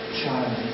child